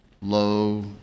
Low